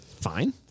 fine